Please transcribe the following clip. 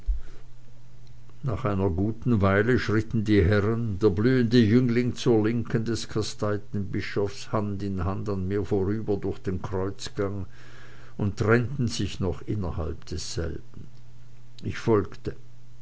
nach einer guten weile schritten die herren der blühende jüngling zur linken des kasteiten bischofs hand in hand an mir vorüber durch den kreuzgang und trennten sich noch innerhalb desselben ich folgte